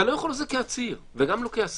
אתה לא יכול את זה כעציר וגם לא כאסיר.